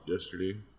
yesterday